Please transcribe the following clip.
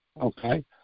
okay